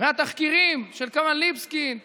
מהתחקירים של קלמן ליבסקינד